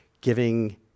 giving